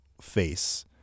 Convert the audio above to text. face